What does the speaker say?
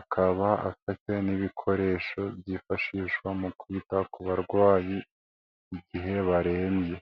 akaba afite n'ibikoresho byifashishwa mu kwita ku barwayi igihe barebye.